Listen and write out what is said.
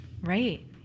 right